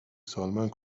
سالمند